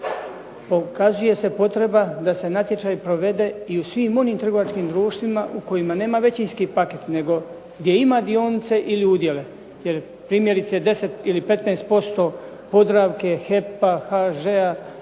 Pokazuje se potreba da se natječaj provede i u svim onim trgovačkim društvima u kojima nema većinski paket gdje ima dionice ili udjele jer primjerice 10 ili 15% Podravke, HEP-a, HŽ-a